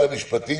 המשפטים